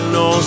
no